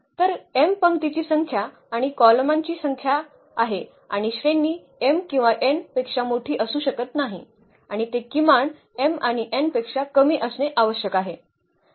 तर m पंक्तींची संख्या आणि कॉलमांची संख्या आहे आणि श्रेणी m किंवा n पेक्षा मोठी असू शकत नाही आणि ते किमान m आणि n पेक्षा कमी असणे आवश्यक आहे